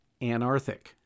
Anarthic